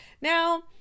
Now